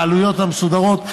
בעלויות המסודרות,